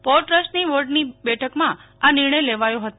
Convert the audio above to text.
port ટ્રસ્ટની બોર્ડની બેઠકમાં આ નિર્ણય લેવાયો હતો